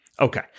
Okay